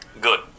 good